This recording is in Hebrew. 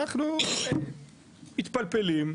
אנחנו מתפלפלים,